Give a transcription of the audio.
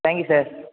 thank you sir